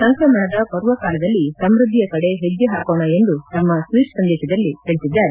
ಸಂಕ್ರಮಣದ ಪರ್ವ ಕಾಲದಲ್ಲಿ ಸಮೃದ್ದಿಯ ಕಡೆ ಹೆಜ್ಜೆಹಾಕೋಣ ಎಂದು ತಮ್ಮ ಟ್ವೀಟ್ ಸಂದೇಶದಲ್ಲಿ ತಿಳಿಸಿದ್ದಾರೆ